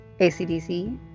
ACDC